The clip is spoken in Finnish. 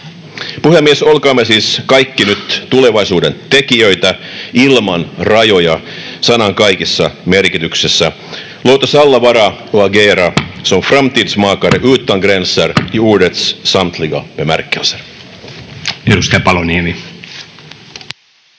Puhemies! Olkaamme siis kaikki nyt tulevaisuuden tekijöitä ilman rajoja — sanan kaikissa merkityksissä.